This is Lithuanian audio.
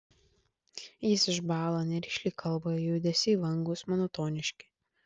jis išbąla nerišliai kalba jo judesiai vangūs monotoniški